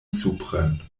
supren